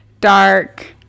dark